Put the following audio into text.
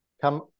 Come